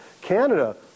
Canada